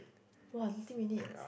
!wah! eighteen minutes